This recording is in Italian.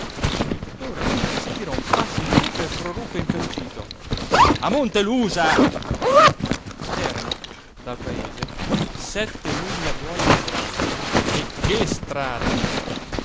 il dottore si tirò un passo indietro e proruppe inferocito a montelusa c'erano dal paese sette miglia buone di strada e che strada